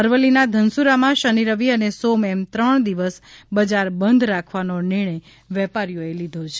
અરવલી ના ધનસુરા માં શનિ રવિ અને સોમ એમ ત્રણ દિવસ બજારબંધ રાખવાનો નિર્ણય વેપારીઓ એ લીધો છે